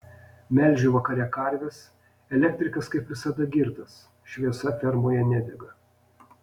melžiu vakare karves elektrikas kaip visada girtas šviesa fermoje nedega